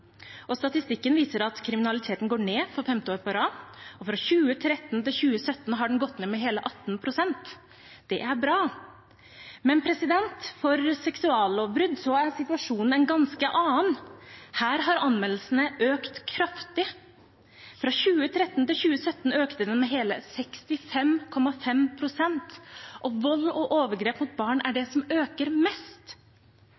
Statistikken viser at kriminaliteten går ned for femte år på rad. Fra 2013 til 2017 har den gått ned med hele 18 pst. Det er bra. Men for seksuallovbrudd er situasjonen en ganske annen. Her har anmeldelsene økt kraftig. Fra 2013 til 2017 økte de med hele 65,5 pst. Vold og overgrep mot barn er